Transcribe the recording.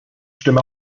stimme